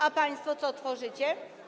A państwo co tworzycie?